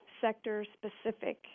sector-specific